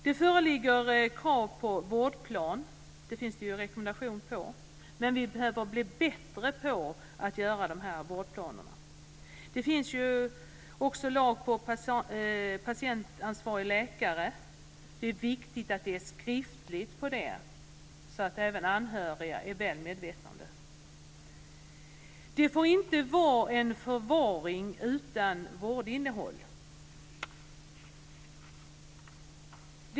Det finns en rekommendation om vårdplan, men vi behöver bli bättre på att upprätta vårdplaner. Det ställs i lag också krav på patientansvarig läkare. Det är viktigt att detta är skriftligt fastlagt, så att även anhöriga kan vara väl medvetna om det. Det får inte vara en förvaring utan vårdinnehåll.